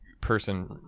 person